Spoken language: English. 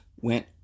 went